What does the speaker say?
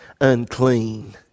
unclean